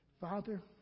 Father